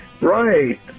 Right